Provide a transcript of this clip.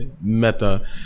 meta